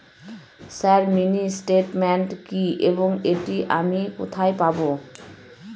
Sir mini statement কি এবং এটি আমি কোথায় পাবো?